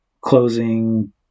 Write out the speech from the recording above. closing